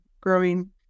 growing